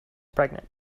pregnant